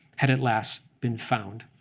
had at last been found.